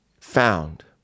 found